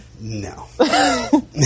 No